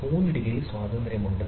മൂന്ന് ഡിഗ്രി സ്വാതന്ത്ര്യമുണ്ട്